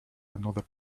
another